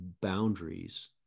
boundaries